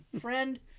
friend